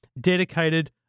dedicated